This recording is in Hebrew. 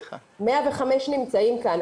105 נמצאים כאן.